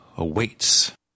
awaits